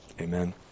Amen